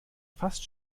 fast